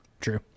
True